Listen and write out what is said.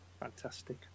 fantastic